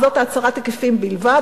הצהרת היקפים בלבד.